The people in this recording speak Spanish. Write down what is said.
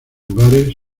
lugares